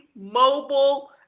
mobile